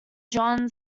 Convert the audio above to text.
john